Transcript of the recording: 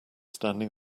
standing